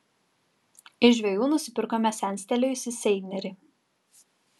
iš žvejų nusipirkome senstelėjusį seinerį